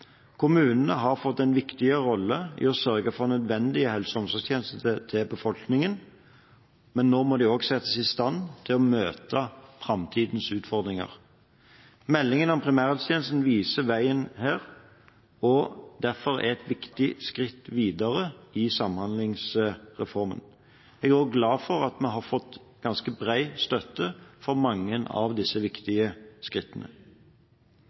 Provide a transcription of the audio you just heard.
Kommunene har fått en viktigere rolle i å sørge for nødvendige helse- og omsorgstjenester til befolkningen, men nå må de også settes i stand til å møte framtidens utfordringer. Meldingen om primærhelsetjenesten viser veien her og tar derfor samhandlingsreformen et viktig skritt videre. Jeg er også glad for at vi har fått ganske bred støtte for mange av disse viktige skrittene.